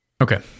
okay